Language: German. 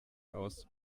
aus